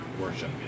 worship